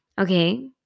Okay